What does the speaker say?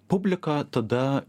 publika tada